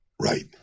Right